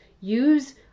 use